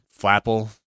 flapple